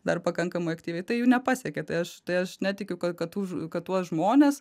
dar pakankamai aktyviai tai jų nepasiekė tai aš tai aš netikiu kad už kad tuos žmones